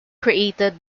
created